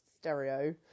stereo